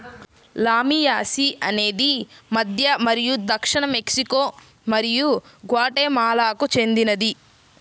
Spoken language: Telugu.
లామియాసి అనేది మధ్య మరియు దక్షిణ మెక్సికో మరియు గ్వాటెమాలాకు చెందినది